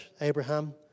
Abraham